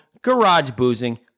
GARAGEBOOZING